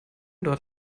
dort